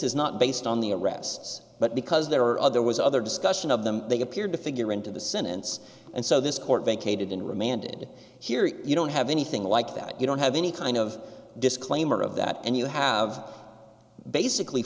is not based on the arrests but because there are other was other discussion of them they appeared to figure into the sentence and so this court vacated and remanded here you don't have anything like that you don't have any kind of disclaimer of that and you have basically